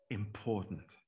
important